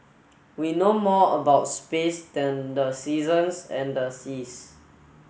we know more about space than the seasons and the seas